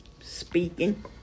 speaking